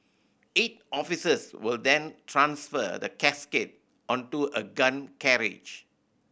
eight officers will then transfer the casket onto a gun carriage